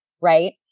Right